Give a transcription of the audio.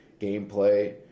gameplay